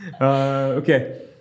Okay